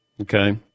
okay